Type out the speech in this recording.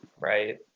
Right